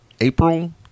April